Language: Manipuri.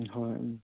ꯎꯝ ꯍꯣꯏ ꯎꯝ